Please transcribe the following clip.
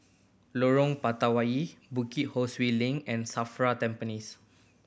Lorong Batawi Bukit Ho Swee Link and SAFRA Tampines